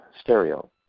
stereo